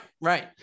right